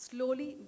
Slowly